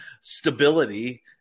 stability